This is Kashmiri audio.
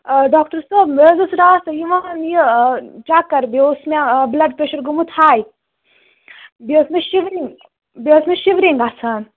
آ ڈاکٹر صٲب مےٚ حظ اوس راتھ یِوان یہ چکر بیٚیہِ اوس مےٚ بُلڈ پریشر گومُت ہاے بیٚیہِ ٲس مےٚ شِورِنٛگ بیٚیہِ ٲس مےٚ شِورنٛگ گژھان